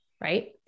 right